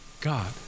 God